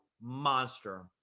monster